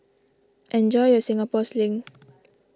enjoy your Singapore Sling